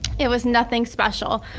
it was nothing special.